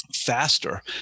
faster